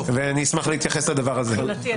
אני אשמח להתייחס לדבר הזה.